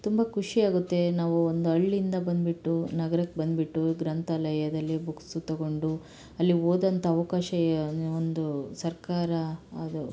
ತುಂಬ ಖುಷಿಯಾಗುತ್ತೆ ನಾವು ಒಂದು ಹಳ್ಳಿಂದ ಬಂದ್ಬಿಟ್ಟು ನಗರಕ್ಕೆ ಬಂದ್ಬಿಟ್ಟು ಗ್ರಂಥಾಲಯದಲ್ಲಿ ಬುಕ್ಸು ತಗೊಂಡು ಅಲ್ಲಿ ಓದೋಂಥ ಅವಕಾಶ ಒಂದು ಸರ್ಕಾರ ಅದು